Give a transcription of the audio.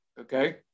okay